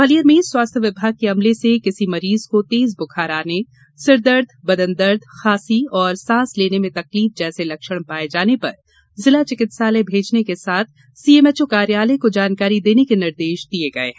ग्वालियर में स्वास्थ्य विभाग के अमले से किसी मरीज को तेज बुखार आने सिरदर्द बदनदर्द खासी औ सांस लेने में तकलीफ जैसे लक्षण पाये जाने पर जिला चिकित्सालय भेजने के साथ सीएमएचओ कार्यालय को जानकारी देने के निर्देश दिये गये हैं